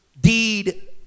deed